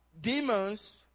demons